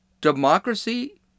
Democracy